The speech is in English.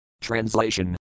Translation